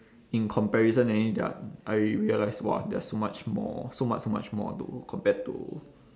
in comparison there are I realised !wah! there are so much more so much so much more to compared to